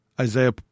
Isaiah